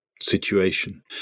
situation